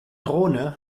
drohne